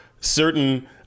Certain